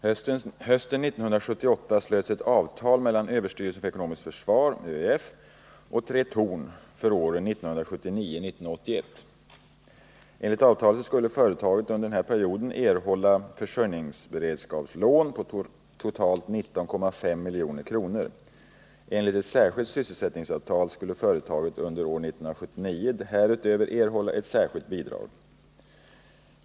Hösten 1978 slöts ett avtal mellan överstyrelsen för ekonomiskt försvar och Tretorn för åren 1979-1981. Enligt avtalet skulle företaget under denna period erhålla försörjningsberedskapslån på totalt 19,5 milj.kr. Enligt ett särskilt sysselsättningsavtal skulle företaget under år 1979 härutöver erhålla ett särskilt bidrag.